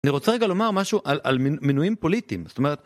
אני רוצה רגע לומר משהו על מינויים פוליטיים, זאת אומרת...